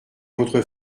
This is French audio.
votre